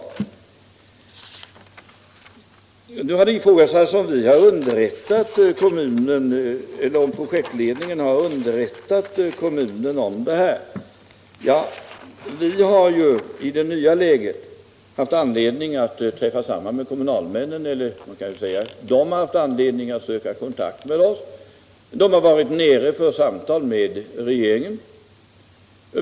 Det har frågats om projektledningen har underrättat kommunen om planerna. Kommunalmännen har i det nya läget haft anledning att söka kontakt med oss. De har varit här nere i Stockholm för samtal med regeringen.